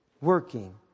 working